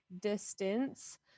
distance